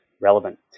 relevant